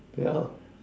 yeah